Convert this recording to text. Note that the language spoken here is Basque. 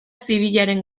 zibilaren